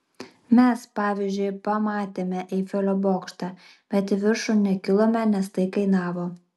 mes pavyzdžiui pamatėme eifelio bokštą bet į viršų nekilome nes tai kainavo